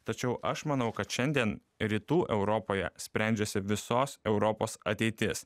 tačiau aš manau kad šiandien rytų europoje sprendžiasi visos europos ateitis